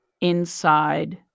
inside